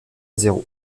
zéro